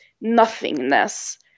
nothingness